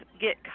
get